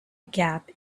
gap